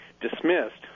dismissed